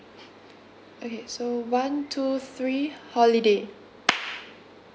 okay so one two three holiday